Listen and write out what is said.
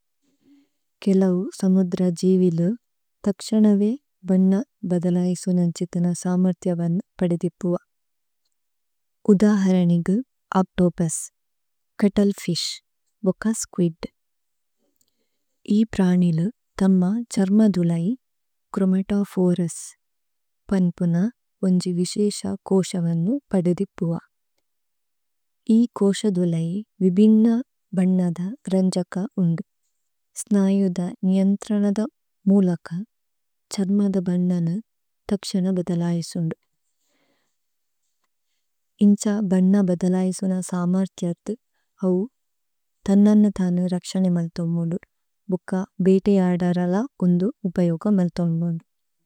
കേലൌ സമുദ്ര ജീവിലു തക്ശനവേ ബന്ന ബദലയസുനന്ഛിത്ന സമര്ത്യവന് പദദിപുവ। ഉദഹരനിഗു, ഓച്തോപുസ്, ചുത്ത്ലേഫിശ്, ബോക സ്കുഇദ്। ഇ പ്രാനിലു തമ്മ ഛര്മദുലൈ, ഛ്രോമതോഫോരുസ് പന്പുന ഓന്ജി വിശേശ കോസവനു പദദിപുവ। ഇ കോസദുലൈ വിബിന്ന ബന്ന ദ രന്ജക ഉന്ദു। സ്നയു ദ ന്യന്ത്രനദ മുലക, ഛര്മദ ബന്ന ന തക്ശന ബദലയസുന്ദു। ഇന്ഛ ബന്ന ബദലയസുന സമര്ത്യര്ഥു, അവു ഥന്നന്ന ഥനു രക്ശനേ മല്ഥോമുദു। ഭോക ബേതയദരല ഉന്ദു ഉപയുഗ മല്ഥോമുദു।